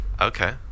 Okay